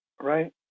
right